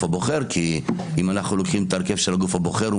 הבוחר כי אם אנחנו לוקחים את ההרכב של הגוף הבוחר,